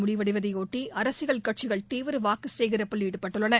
முடிவடைவதைபொட்டி அரசியல் கட்சிகள் தீவிர வாக்கு சேகரிப்பில் ஈடுபட்டுள்ளன